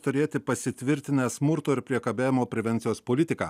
turėti pasitvirtina smurto ir priekabiavimo prevencijos politiką